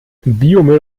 biomüll